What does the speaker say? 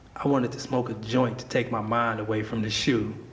i wanted to smoke a joint to take my mind away from the shu.